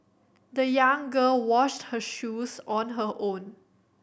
the young girl washed her shoes on her own